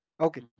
Okay